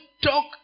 talk